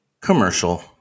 commercial